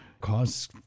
cause